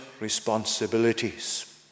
responsibilities